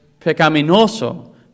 pecaminoso